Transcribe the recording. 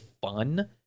fun